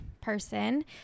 person